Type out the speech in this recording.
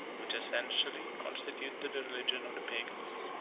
which essentially constituted the religion of the pagans.